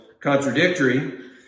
contradictory